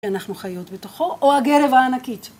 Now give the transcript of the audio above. אנחנו חיות בתוכו, או הגרב הענקית.